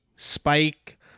Spike